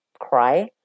cry